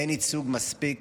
אין ייצוג מספיק